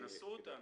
תנסו אותנו.